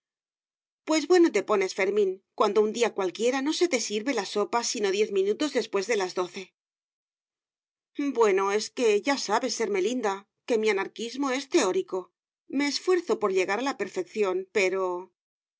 pues bueno te pones fermín cuando un día cualquiera no se te sirve la sopa sino diez minutos después de las doce bueno es que ya sabes ermelinda que mi anarquismo es teórico me esfuerzo por llegar a la perfección pero